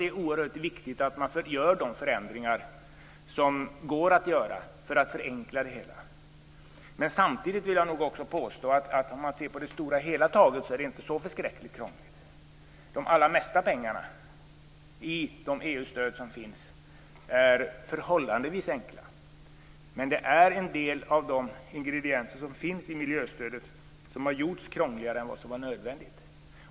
Det är oerhört viktigt att man gör de förändringar som går att göra för att förenkla det hela. Samtidigt vill jag nog påstå att om man ser till det stora hela är det inte så förskräckligt krångligt. För de allra mesta pengarna i de EU-stöd som finns gäller förhållandevis enkla regler. Men en del av de ingredienser som finns i miljöstödet har gjorts krångligare än vad som var nödvändigt.